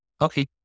Okay